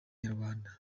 nyarwanda